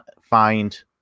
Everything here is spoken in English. find